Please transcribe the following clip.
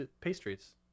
pastries